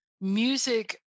music